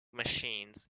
machines